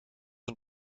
een